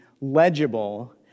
legible